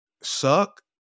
suck